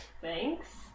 thanks